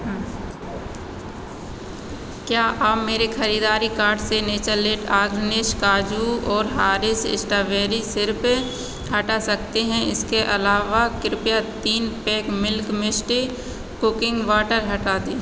क्या आप मेरे ख़रीदारी कार्ट से नेचरलैंड ऑर्गॅनिक्स काजू और हर्शीज़ स्ट्रॉबेरी सिरप हटा सकते हैं इसके अलावा कृपया तीन pack Milky Mist cooking butter हटा दें